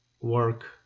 work